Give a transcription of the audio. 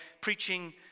preaching